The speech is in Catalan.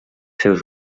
seus